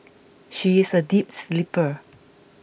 she is a deep sleeper